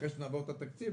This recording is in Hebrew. אחרי שנעבור את התקציב,